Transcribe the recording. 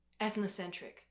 ethnocentric